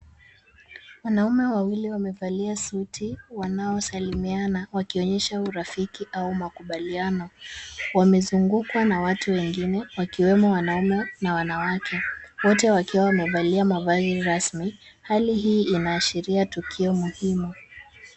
Wanaume wawili wamevalia suti, wanaosalimiana wakionyesha urafiki au makubaliano. Wamezungukwa na watu wengine wakiwemo wanaume na wanawake. Wote wakiwa wamevalia na mavazi rasmi, hali hii inaashiria tukio muhimu.